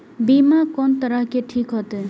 बीमा कोन तरह के ठीक होते?